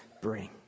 bring